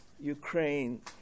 Ukraine